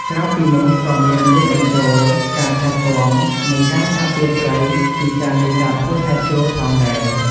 ក្រៅពីនោះក៏មានរួមបញ្ចូលការថែទាំ និងការការពារត្រីពីការនេសាទហួសហេតុជ្រុលផងដែរ។